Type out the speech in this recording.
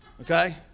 Okay